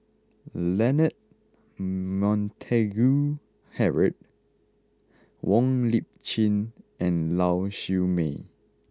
Leonard Montague Harrod Wong Lip Chin and Lau Siew Mei